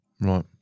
Right